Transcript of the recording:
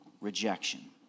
rejection